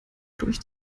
durch